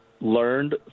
learned